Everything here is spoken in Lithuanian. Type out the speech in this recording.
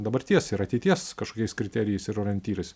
dabarties ir ateities kažkokiais kriterijais ir orientyrais